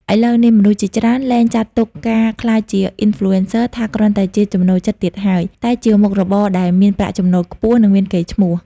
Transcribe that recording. ឥឡូវនេះ មនុស្សជាច្រើនលែងចាត់ទុកការក្លាយជា Influencer ថាគ្រាន់តែជាចំណូលចិត្តទៀតហើយ តែជាមុខរបរដែលមានប្រាក់ចំណូលខ្ពស់ និងមានកេរ្តិ៍ឈ្មោះ។